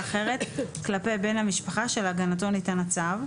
אחרת כלפי בן המשפחה שלהגעתו ניתן הצו,